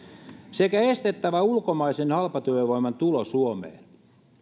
sekä estettävä ulkomaisen halpatyövoiman tulo suomeen